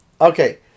Okay